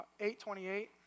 8.28